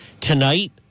Tonight